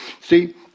See